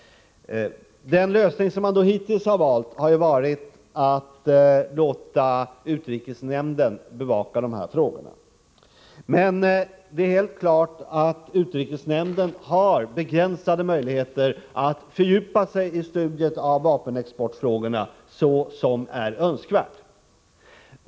Den lösning man hittills valt har varit att låta utrikesnämnden bevaka dessa frågor. Det är emellertid helt klart att utrikesnämnden har begränsade möjligheter att fördjupa sig i studiet av vapenexportfrågorna på ett sätt som är önskvärt.